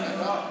לא.